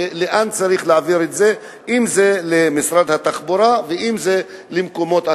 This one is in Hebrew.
אם משרד התחבורה ואם מקומות אחרים.